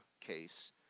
case